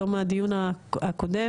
בתום הדיון הקודם,